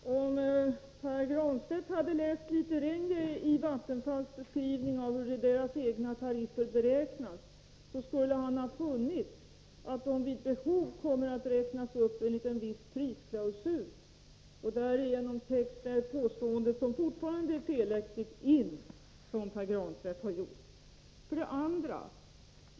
Fru talman! Om Pär Granstedt hade läst litet längre i Vattenfalls beskrivning av hur deras tariffer beräknas, skulle han ha funnit att de vid behov kommer att räknas upp enligt en viss prisklausul. Därigenom täcks det påstående in som Pär Granstedt har gjort och som fortfarande är felaktigt.